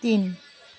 तिन